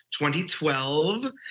2012